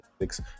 six